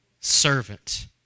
servant